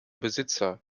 besitzer